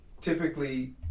typically